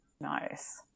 Nice